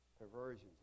perversions